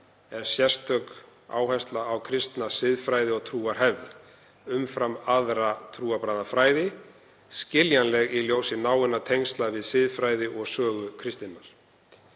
er sérstök áhersla á kristna siðfræði- og trúarhefð, umfram aðra trúarbragðafræði, skiljanleg í ljósi náinna tengsla við siðfræði og sögu kristninnar.